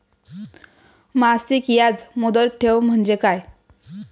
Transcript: मासिक याज मुदत ठेव म्हणजे काय?